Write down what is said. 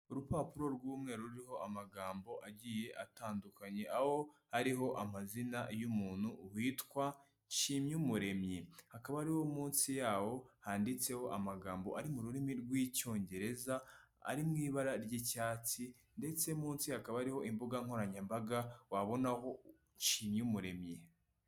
Urupapuro rw'umweru ruriho amagambo agiye atandukanye, aho hariho amazina y'umuntu witwa, Nshimyumuremyi, hakaba hariho munsi yaho handitseho amagambo ari mu rurimi rw'Icyongereza, ari mu ibara ry'icyatsi ndetse munsi hakaba hariho imbuga nkoranyambaga wabonaho Nshimyumuremyi.